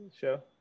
show